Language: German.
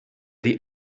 die